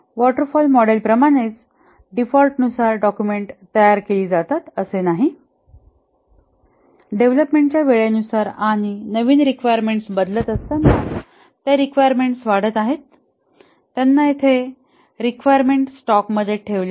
waterfall मॉडेलप्रमाणेच डीफॉल्टनुसार document तयार केली जातात असे नाही डेव्हलपमेंटच्या वेळेनुसार आणि नवीन रिक्वायरमेंट्स बदलत असताना त्या रिक्वायरमेंट्स वाढत आहेत त्यांना येथे रिक्वायरमेंट स्टॅकमध्ये ठेवले आहे